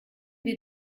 wir